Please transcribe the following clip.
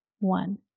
One